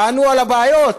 תענו על הבעיות,